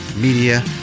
Media